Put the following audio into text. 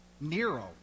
Nero